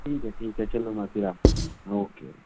ٹھیک ہے ٹھیک ہے چلو میں پھر آتا ہوں اوکے اوکے